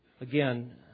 Again